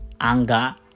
anger